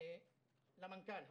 למנכ"ל הפעם,